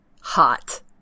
Hot